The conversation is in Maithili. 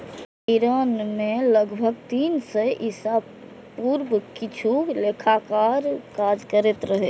ईरान मे लगभग तीन सय ईसा पूर्व किछु लेखाकार काज करैत रहै